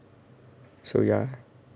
so ya